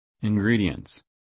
Ingredients